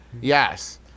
Yes